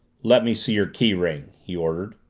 let me see your key ring! he ordered.